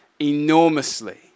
enormously